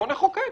בואו נחוקק.